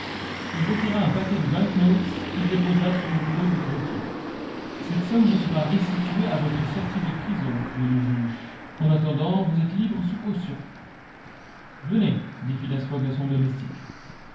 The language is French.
il retira un paquet de bank notes qu'il déposa sur le bureau du greffier cette somme vous sera restituée à votre sortie de prison dit le juge en attendant vous êtes libres sous caution venez dit phileas fogg à son domestique